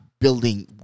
building